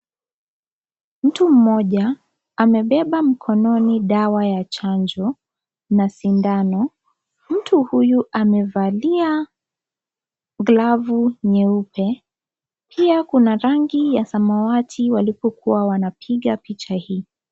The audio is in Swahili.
Mtu mmoja, amebeba mkononi dawa ya chanjo na sindano. Mtu huyu amevalia glovu nyeupe pia kuna rangi ya samawati walipokuwa wanapiga picha hii.